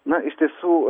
na iš tiesų